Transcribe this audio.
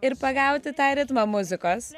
ir pagauti tą ritmą muzikos